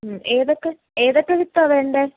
ഏതൊക്കെ ഏതൊക്കെ വിത്താണ് വേണ്ടത്